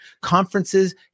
Conferences